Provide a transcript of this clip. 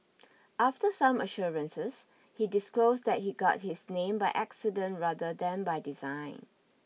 after some assurances he disclosed that he got his name by accident rather than by design